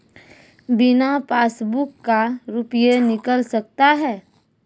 बिना पासबुक का रुपये निकल सकता हैं?